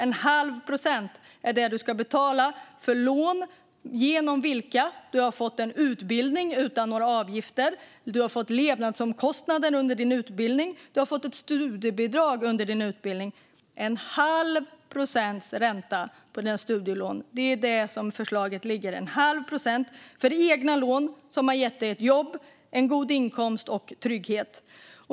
En halv procent är det man ska betala för lån genom vilka man har fått en utbildning utan några avgifter, levnadsomkostnader under utbildningen betalda och ett studiebidrag under utbildningen. En halv procents ränta på studielånet är vad förslaget gäller. Det handlar om en halv procents ränta för egna lån som har gett personen ett jobb, en god inkomst och trygghet.